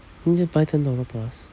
then just buy ten dollar plus